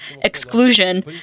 exclusion